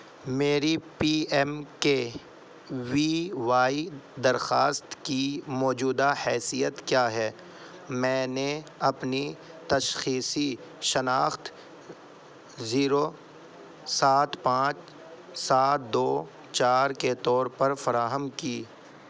میری P M K V Y درخواست کی موجودہ حیثیت کیا ہے میں نے اپنی تشخیصی شناخت زیرو سات پانچ سات دو چار کے طور پر فراہم کی